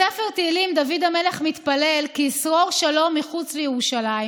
בספר תהילים דוד המלך מתפלל כי ישרור שלום מחוץ לירושלים,